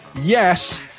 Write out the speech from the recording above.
yes